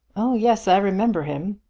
oh yes, i remember him.